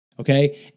okay